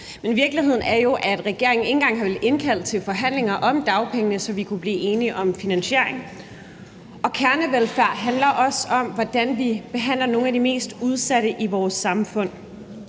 Men virkeligheden er jo, at regeringen ikke engang har villet indkalde til forhandlinger om dagpengene, så vi kunne blive enige om en finansiering. Og kernevelfærd handler også om, hvordan vi behandler nogle af de mest udsatte i vores samfund.